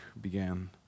began